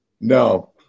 No